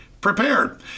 prepared